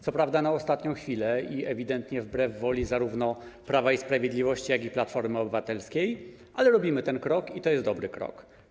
Co prawda na ostatnią chwilę i ewidentnie wbrew woli zarówno Prawa i Sprawiedliwości, jak i Platformy Obywatelskiej, ale robimy ten krok i to jest dobry krok.